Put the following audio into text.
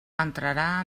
entrarà